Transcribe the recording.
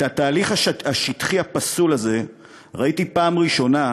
את התהליך השטחי הפסול הזה ראיתי פעם ראשונה,